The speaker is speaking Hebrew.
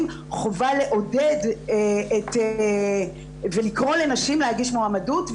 לעודד ולקרוא לנשים להגיש מועמדות.